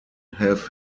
have